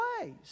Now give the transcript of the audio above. ways